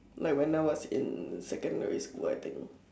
like when I was in secondary school I think